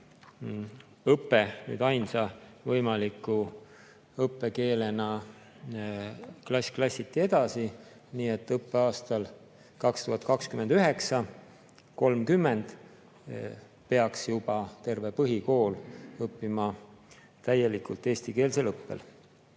keel nüüd ainsa võimaliku õppekeelena klass-klassilt edasi, nii et õppeaastal 2029/2030 peaks juba terve põhikool olema täielikult eestikeelsel õppel.